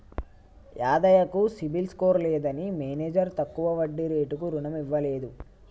యాదయ్య కు CIBIL score లేదని manager తక్కువ వడ్డీ రేటుకు రుణం ఇవ్వలేదు